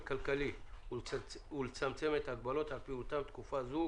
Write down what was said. כלכלי ולצמצם את ההגבלות על פעילותן בתקופה זו